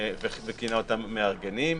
-- וכינה אותם מארגנים.